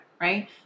right